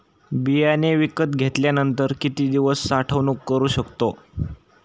बियाणे विकत घेतल्यानंतर किती दिवस साठवणूक करू शकतो?